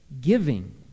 giving